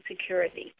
security